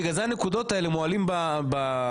בגלל זה הנקודות האלה מועלות בוועדה,